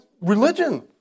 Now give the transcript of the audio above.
religion